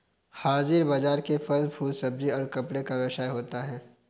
हाजिर बाजार में फल फूल सब्जी और कपड़े का व्यवसाय होता है